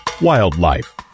wildlife